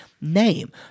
name